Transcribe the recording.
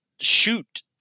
shoot